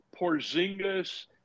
Porzingis